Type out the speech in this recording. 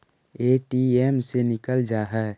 ATM से निकल जा है?